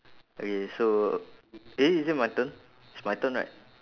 okay so eh is it my turn it's my turn right